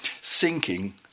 sinking